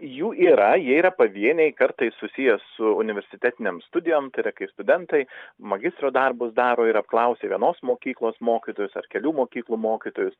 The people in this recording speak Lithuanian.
jų yra jie yra pavieniai kartais susiję su universitetinėm studijom tai yra kai studentai magistro darbus daro ir apklausė vienos mokyklos mokytojus ar kelių mokyklų mokytojus